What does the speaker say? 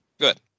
Good